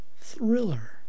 Thriller